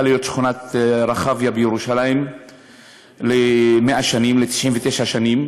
להיות שכונת רחביה בירושלים ל-99 שנים.